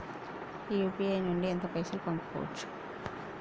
UPI నుండి ఎంత పైసల్ పంపుకోవచ్చు?